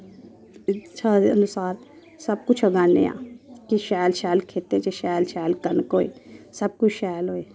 इच्छा दे अनुसार सब कुश उगाने आं कि शैल शैल खेतें च शैल शैल कनक होए सब कुछ शैल होए